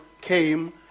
came